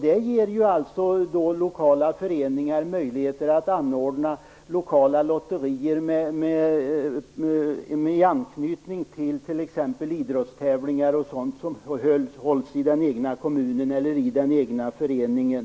Det ger alltså lokala föreningar möjlighet att anordna lokala lotterier med anknytning till exempelvis idrottstävlingar som hålls i den egna kommunen eller i den egna föreningen.